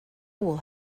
will